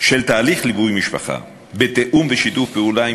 של תהליך ליווי משפחה בתיאום ובשיתוף פעולה עם